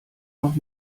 noch